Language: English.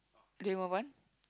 do you want one